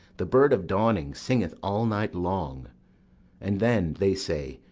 the bird of dawning singeth all night long and then, they say,